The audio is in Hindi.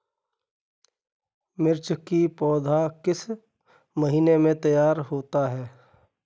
मिर्च की पौधा किस महीने में तैयार होता है?